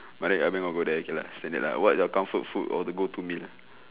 mother everyone all go there okay lah standard lah what your comfort food or to go to meal